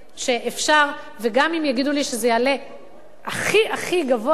שאפשר וגם אם יגידו לי שזה יעלה הכי-הכי גבוה,